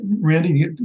randy